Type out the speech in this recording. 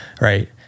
right